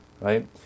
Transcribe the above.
Right